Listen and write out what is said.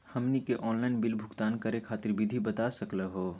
हमनी के online bill भुगतान करे खातीर विधि बता सकलघ हो?